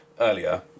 earlier